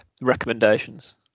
recommendations